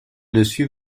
dessus